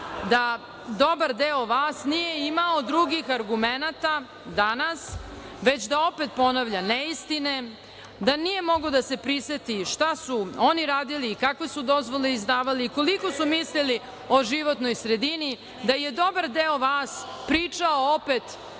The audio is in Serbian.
da dobar deo vas nije imao drugih argumenata danas, već da opet ponavlja neistine, da nije mogao da se priseti šta su oni radili i kakve su dozvole izdavali i koliko su mislili o životnoj sredini, da je dobar deo vas pričao opet